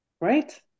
right